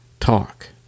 talk